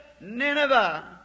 Nineveh